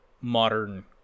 modern